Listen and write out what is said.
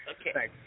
Okay